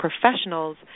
professionals